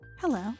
Hello